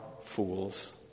fools